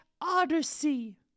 odyssey